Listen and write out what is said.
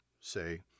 say